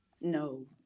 No